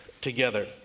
together